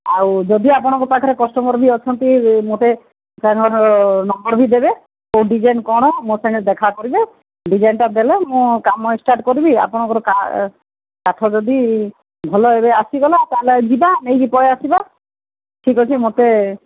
ଆଉ ଯଦି ଅଆପଣଙ୍କ ପାଖରେ କଷ୍ଟମର୍ ବି ଅଛନ୍ତି ମୋତେ ତାଙ୍କର ନମ୍ବର୍ ବି ଦେବେ କୋଉ ଡିଜାଇନ୍ କ'ଣ ମୋ ସାଙ୍ଗେ ଦେଖା କରିବେ ଡିଜାଇନ୍ଟା ଦେଲେ ମୁଁ କାମ ଷ୍ଟାର୍ଟ କରିବି ଆପଣଙ୍କର କାଠ ଯଦି ଭଲ ଏବେ ଆସିଗଲା ତାହେଲେ ଯିବା ଏବେ ନେଇକି ପଳେଇ ଆସିବା ଠିକ୍ ଅଛି ମତେ